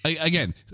again